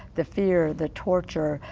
the fear, the torture,